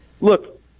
Look